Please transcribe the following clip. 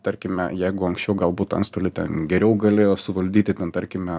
tarkime jeigu anksčiau galbūt antstoliai ten geriau galėjo suvaldyti ten tarkime